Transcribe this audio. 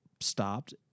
stopped